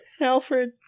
Alfred